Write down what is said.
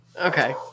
Okay